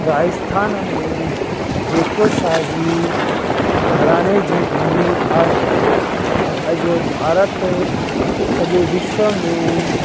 राजस्थान में जे को शाही घराने जी भूमि आहे अॼु भारत सॼे विश्व में